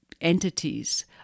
entities